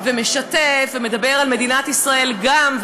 משתף ומדבר על מדינת ישראל גם,